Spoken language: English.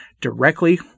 directly